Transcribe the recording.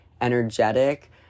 energetic